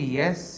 yes